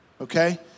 Okay